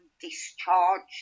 discharged